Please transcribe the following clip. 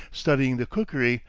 studying the cookery,